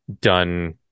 done